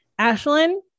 Ashlyn